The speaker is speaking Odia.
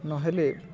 ନହେଲେ